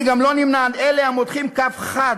אני גם לא נמנה עם אלה המותחים קו חד